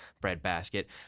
breadbasket